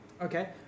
Okay